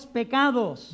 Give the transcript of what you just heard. pecados